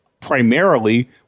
primarily